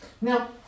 Now